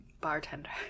Bartender